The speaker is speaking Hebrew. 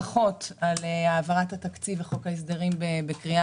ברכות על העברת התקציב וחוק ההסדרים בקריאה